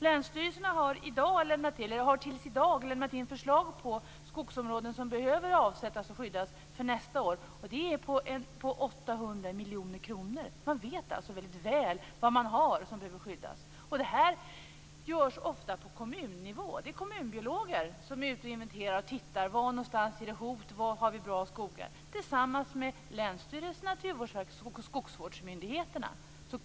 Länsstyrelserna har tills i dag lämnat in förslag om skogsområden som behöver skyddas för nästa år, och kostnaden för det uppgår till 800 miljoner kronor. Man vet alltså väldigt väl vad man har som behöver skyddas. Det här görs ofta på kommunnivå - det är kommunbiologer som är ute och inventerar var det finns hot och var man har bra skogar. Det gör de tillsammans med folk från länsstyrelsen, Naturvårdsverket och skogsvårdsmyndigheterna.